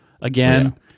again